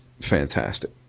fantastic